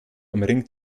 umringt